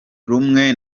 rumwe